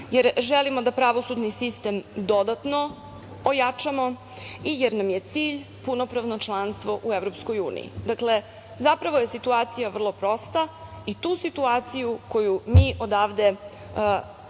Želimo da pravosudni sistem dodatno ojačamo jer nam je cilj punopravno članstvu u EU.Dakle, zapravo je situacija vrlo prosta i tu situaciju koju mi odavde